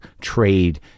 trade